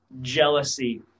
jealousy